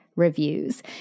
reviews